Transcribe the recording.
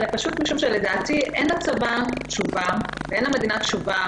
אלא פשוט משום שלדעתי אין לצבא תשובה ואין למדינה תשובה